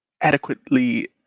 adequately